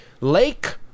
Lake